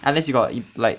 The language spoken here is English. unless you got if like